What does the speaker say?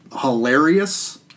hilarious